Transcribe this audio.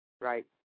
Right